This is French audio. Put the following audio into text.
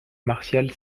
martial